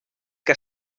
que